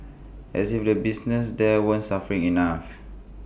as if the businesses there weren't suffering enough